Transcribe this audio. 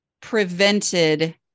prevented